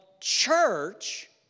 church